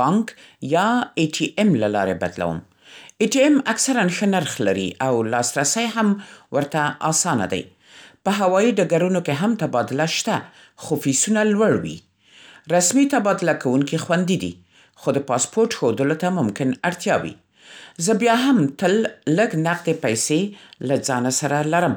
بانک یا اې ټي اِم له لارې بدلوم. اې ټي اِم اکثره ښه نرخ لري او لاس‌رسی هم ورته آسانه دی. په هوایی ډګرونو کې هم تبادله شته، خو فیسونه لوړ وي. رسمي تبادله‌کوونکي خوندي دي. خو د پاسپورټ ښودلو ته ممکن اړتیا وي. زه بیا هم تل لږ نغدي پیسې له ځانه سره لرم.